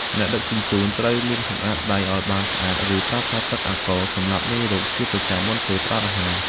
អ្នកដឹកជញ្ជូនត្រូវលាងសម្អាតដៃឱ្យបានស្អាត ឬប្រើប្រាស់ទឹកអាល់កុលសម្លាប់មេរោគជាប្រចាំមុនពេលផ្ដល់អាហារ។